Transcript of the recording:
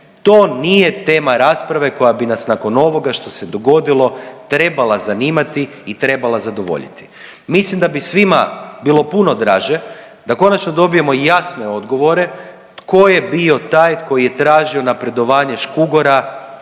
To nije tema rasprave koja bi nas nakon ovoga što se dogodilo trebala zanimati i trebala zadovoljiti. Mislim da bi svima bilo puno draže da konačno dobijemo jasne odgovore tko je bio taj koji je tražio napredovanje Škugora